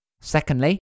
Secondly